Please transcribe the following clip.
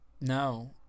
no